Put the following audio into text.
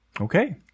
Okay